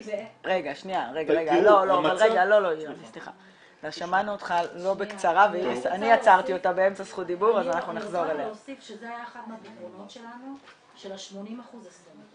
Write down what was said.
אני רוצה להוסיף שזה היה אחד מהפתרונות שלנו של ה-80%/20%.